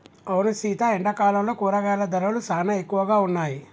అవును సీత ఎండాకాలంలో కూరగాయల ధరలు సానా ఎక్కువగా ఉన్నాయి